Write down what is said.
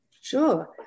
Sure